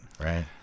right